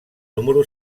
número